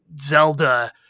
Zelda